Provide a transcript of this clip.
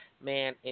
man